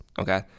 Okay